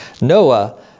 Noah